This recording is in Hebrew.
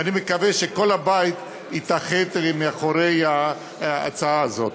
ואני מקווה שכל הבית יתאחד מאחורי ההצעה הזו.